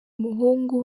umuhungu